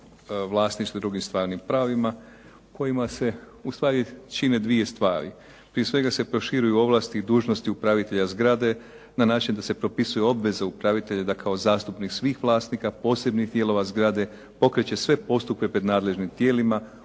vlasništvu i drugim stvarnim pravima kojima se ustvari čine 2 stvari. Prije svega se proširuju ovlasti i dužnosti upravitelja zgrade na način da se propisuje obveza upravitelja da kao zastupnik svih vlasnika posebnih dijelova zgrade pokreće sve postupke pred nadležnim tijelima